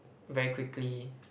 very quickly